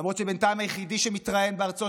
למרות שבינתיים היחידי שמתראיין בארצות